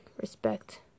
respect